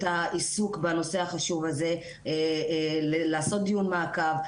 העיסוק בנושא החשוב הזה לעשות דיון מעקב.